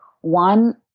one